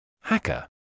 Hacker